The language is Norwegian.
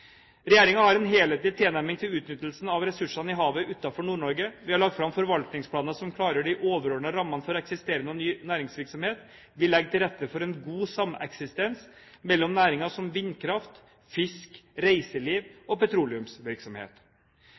har en helhetlig tilnærming til utnyttelsen av ressursene i havet utenfor Nord-Norge. Vi har lagt fram forvaltningsplaner som klargjør de overordnede rammene for eksisterende og ny næringsvirksomhet. Vi legger til rette for en god sameksistens mellom næringer som vindkraft, fisk, reiseliv og petroleumsvirksomhet.